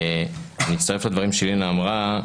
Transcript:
אני מצטרף לדברים שלינא אמרה,